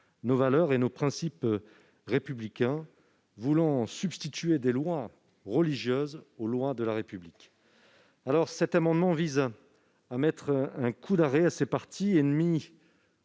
nos valeurs et nos principes républicains en substituant des lois religieuses aux lois de la République. Cet amendement vise à mettre un coup d'arrêt à ces ennemis